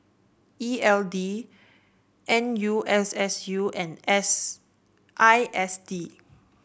E L D N U S S U and S I S D